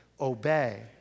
Obey